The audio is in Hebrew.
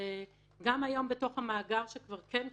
גם היום בתוך המאגר שכבר כן קיים,